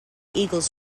eagles